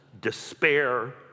despair